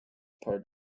part